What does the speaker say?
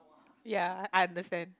ya I understand